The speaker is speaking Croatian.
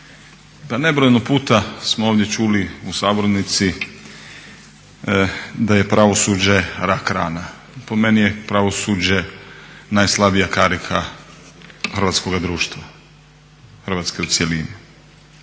nebrojeno puta smo ovdje čuli u sabornici da je pravosuđe rak rana. Po meni je pravosuđe najslabija karika hrvatskoga društva hrvatske u cjelini.